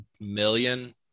million